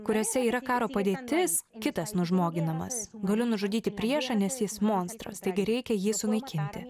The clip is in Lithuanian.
kuriose yra karo padėtis kitas nužmoginamas galiu nužudyti priešą nes jis monstras taigi reikia jį sunaikinti